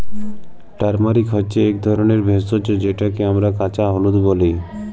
turmeric হছে ইক ধরলের ভেষজ যেটকে আমরা কাঁচা হলুদ ব্যলি